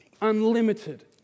unlimited